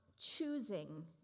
choosing